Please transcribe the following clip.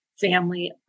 family